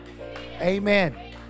Amen